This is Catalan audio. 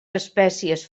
espècies